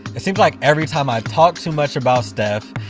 it seems like every time i talk too much about steph,